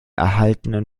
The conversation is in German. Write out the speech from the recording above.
erhaltenen